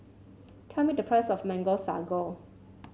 tell me the price of Mango Sago